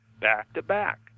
back-to-back